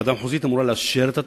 הוועדה המחוזית אמורה לאשר את התוכנית,